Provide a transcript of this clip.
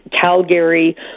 Calgary